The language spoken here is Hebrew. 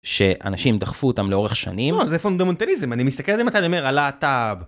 שאנשים דחפו אותם לאורך שנים. זה פונדמנטליזם, אני מסתכל על זה מתי אני אומר, הלהט"ב.